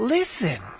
Listen